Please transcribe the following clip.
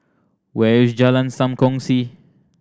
where is Jalan Sam Kongsi